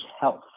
health